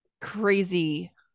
crazy